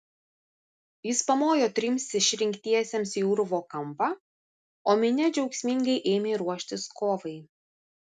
jis pamojo trims išrinktiesiems į urvo kampą o minia džiaugsmingai ėmė ruoštis kovai